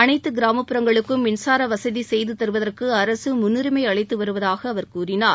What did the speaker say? அனைத்து கிராமப் புறங்களுக்கும் மின்சார வசதி செய்து தருவதற்கு அரசு முன்னுரிமை அளித்து வருவதாக அவர் கூறினார்